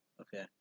Okay